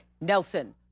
Nelson